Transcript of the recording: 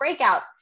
breakouts